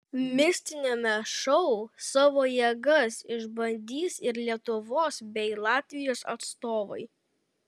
mistiniame šou savo jėgas išbandys ir lietuvos bei latvijos atstovai